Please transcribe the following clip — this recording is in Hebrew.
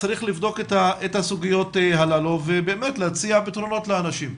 צריך לבדוק את הסוגיות הללו ולהציע פתרונות לאנשים.